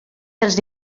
dels